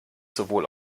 sowohl